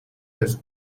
has